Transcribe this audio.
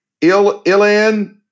Ilan